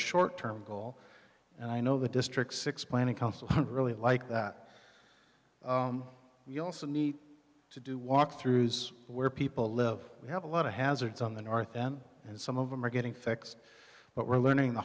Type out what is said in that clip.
short term goal and i know the district six planning council really like that we also need to do walk through is where people live we have a lot of hazards on the north end and some of them are getting fixed but we're learning the